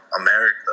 America